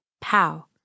Pow